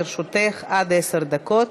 לרשותך עד עשר דקות.